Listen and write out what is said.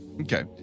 Okay